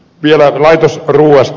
vielä laitosruuasta